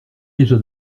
déjà